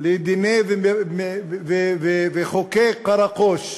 לדיני וחוקי קראקוש,